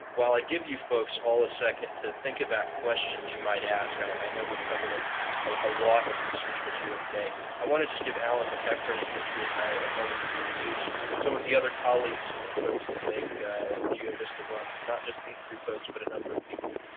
while i give you folks all a second to think about questions you might ask i know we've covered a a lot of research material today i want to just give alan maceachren and a moment to introduce some of the other colleagues and and folks that make geovista run. it's not just these three folks, but a number of people.